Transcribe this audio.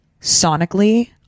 sonically